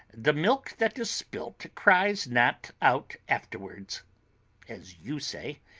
the milk that is spilt cries not out afterwards as you say.